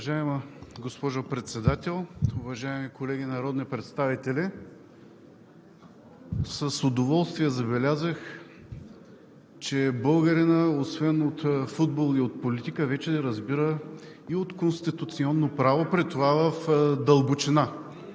Уважаема госпожо Председател, уважаеми колеги народни представители! С удоволствие забелязах, че българинът, освен от футбол и политика, вече разбира и от Конституционно право, при това в дълбочина.